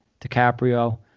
DiCaprio